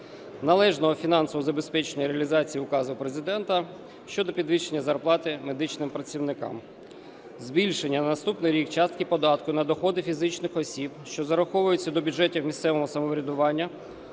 належного фінансового забезпечення реалізації Указу Президента щодо підвищення зарплати медичним працівникам; збільшення на наступний рік частки податку на доходи фізичних осіб, що зараховуються до бюджетів місцевого самоврядування